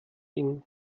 ihnen